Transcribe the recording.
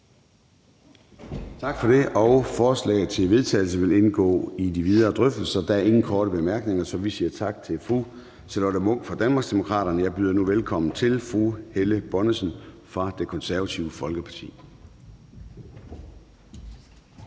Tak for det. Forslaget til vedtagelse vil indgå i de videre drøftelser. Der er ingen korte bemærkninger, så vi siger tak til fru Charlotte Munch fra Danmarksdemokraterne. Jeg byder nu velkommen til fru Helle Bonnesen fra Det Konservative Folkeparti.